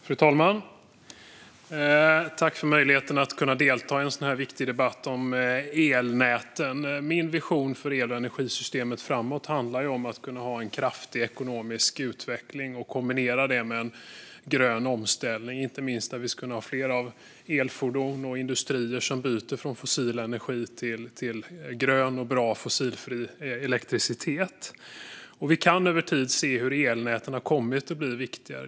Fru talman! Tack för möjligheten att delta i en sådan här viktig debatt om elnäten! Min vision för el och energisystemet framåt handlar om att kunna ha en kraftig ekonomisk utveckling och kombinera det med en grön omställning, inte minst om vi ska kunna ha fler elfordon och industrier som byter från fossil energi till grön och bra fossilfri elektricitet. Vi kan se hur elnäten över tid har kommit att bli viktigare.